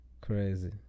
Crazy